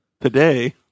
today